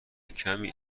کمی